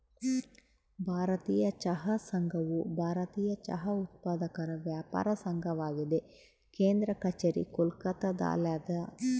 ಭಾರತೀಯ ಚಹಾ ಸಂಘವು ಭಾರತೀಯ ಚಹಾ ಉತ್ಪಾದಕರ ವ್ಯಾಪಾರ ಸಂಘವಾಗಿದೆ ಕೇಂದ್ರ ಕಛೇರಿ ಕೋಲ್ಕತ್ತಾದಲ್ಯಾದ